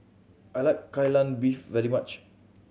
I like Kai Lan Beef very much